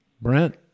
Brent